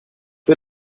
für